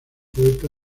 poeta